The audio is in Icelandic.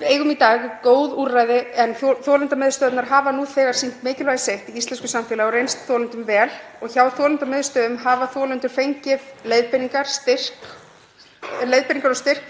Við eigum í dag góð úrræði en þolendamiðstöðvarnar hafa nú þegar sýnt mikilvægi sitt í íslensku samfélagi og reynst þolendum vel. Hjá þolendamiðstöðvum hafa þolendur fengið leiðbeiningar og styrk